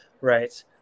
right